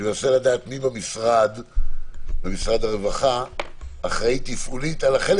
מי במשרד הרווחה אחראי תפעולית על החלק